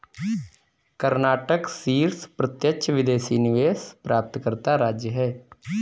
कर्नाटक शीर्ष प्रत्यक्ष विदेशी निवेश प्राप्तकर्ता राज्य है